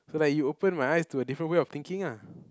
so like you open my eyes to a different way of thinking ah